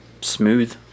smooth